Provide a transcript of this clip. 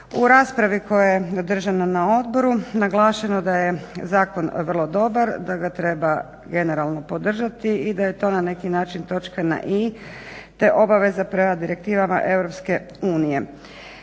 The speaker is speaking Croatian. U raspravi koja je održana na odboru naglašeno je da je zakon vrlo dobar, da ga treba generalno podržati i da je to na neki način točka na i te obaveza prema direktivama EU.